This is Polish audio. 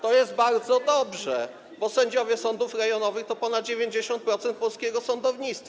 To jest bardzo dobrze, bo sędziowie sądów rejonowych to ponad 90% polskiego sądownictwa.